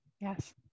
Yes